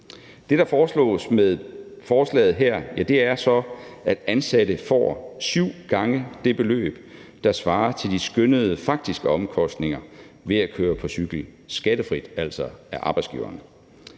Det, der foreslås med forslaget her, er så, at ansatte får syv gange det beløb, der svarer til de skønnede faktiske omkostninger ved at køre på cykel, skattefrit af arbejdsgiveren.